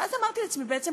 ואז אמרתי לעצמי: בעצם,